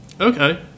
Okay